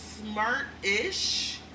smart-ish